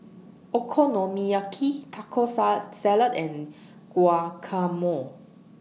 Okonomiyaki Taco sar Salad and Guacamole